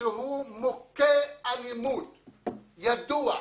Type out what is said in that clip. שהוא מוכה אלימות והוא ידוע.